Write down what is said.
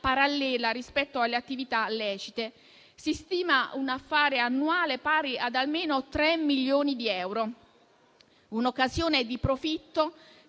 parallela rispetto alle attività lecite. Si stima un affare annuale pari ad almeno tre milioni di euro; un'occasione di profitto